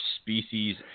species